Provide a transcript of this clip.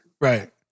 Right